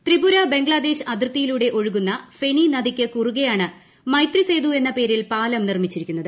ത്രിപുര ബംഗ്ലാദേശ് അതിർത്തിയിലൂടെ ഒഴുകുന്ന ഫെനി നദിയ്ക്ക് കുറുകെയാണ് മൈത്രി സേതു എന്ന പേരിൽ പാലം നിർമ്മിച്ചിരിക്കുന്നത്